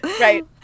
right